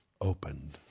opened